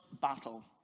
battle